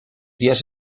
días